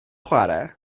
chwarae